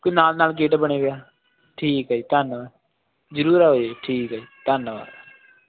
ਕਿਉਂਕਿ ਨਾਲ ਨਾਲ ਗੇਟ ਬਣੇ ਵੇ ਹੈ ਠੀਕ ਹੈ ਜੀ ਧੰਨਵਾਦ ਜ਼ਰੂਰ ਆਓ ਜੀ ਠੀਕ ਹੈ ਜੀ ਧੰਨਵਾਦ